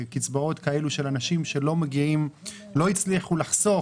קצבאות כאלו של אנשים שלא הצליחו לחסוך,